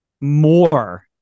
more